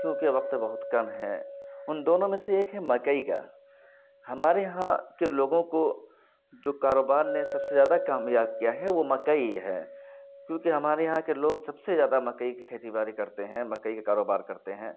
کیونکہ وقت بہت کم ہے ان دونوں میں سے ایک ہیں مکئی کا ہمارے یہاں کے لوگوں کو جو کاروبار نے سب سے زیادہ کامیاب کیا ہے وہ مکئی ہے کیونکہ ہمارے یہاں کے لوگ سب سے زیادہ مکئی کی کھیتی باری کرتے ہیں مکئی کا کاروبار کرتے ہیں